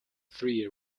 three